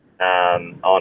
on